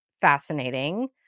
fascinating